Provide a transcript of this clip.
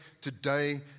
today